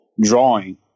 drawing